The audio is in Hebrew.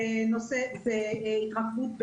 זה בהתהוות.